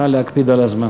נא להקפיד על הזמן.